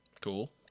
Cool